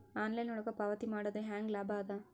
Online ಒಳಗ ಪಾವತಿ ಮಾಡುದು ಹ್ಯಾಂಗ ಲಾಭ ಆದ?